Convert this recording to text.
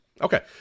Okay